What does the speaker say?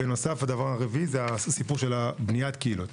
בנוסף, הדבר הרביעי הוא בניית קהילות.